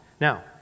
Now